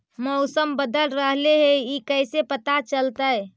मौसम बदल रहले हे इ कैसे पता चलतै?